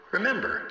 Remember